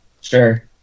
Sure